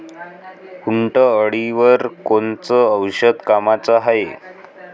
उंटअळीवर कोनचं औषध कामाचं हाये?